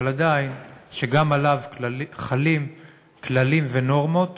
אבל עדיין גם עליו חלים כללים ונורמות